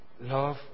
love